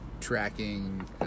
Tracking